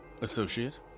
Associate